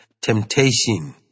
temptation